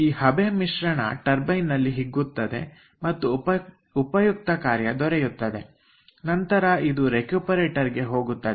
ಈ ಹಬೆ ಮಿಶ್ರಣ ಟರ್ಬೈನ್ ನಲ್ಲಿ ಹಿಗ್ಗುತ್ತದೆ ಮತ್ತು ಉಪಯುಕ್ತ ಕಾರ್ಯ ದೊರೆಯುತ್ತದೆ ನಂತರ ಇದು ರೆಕ್ಯೂಪರೇಟರ್ ಹೋಗುತ್ತದೆ